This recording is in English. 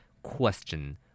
Question